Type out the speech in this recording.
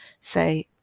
say